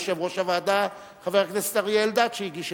ועדת הכנסת להכריז הכרזה, שאינה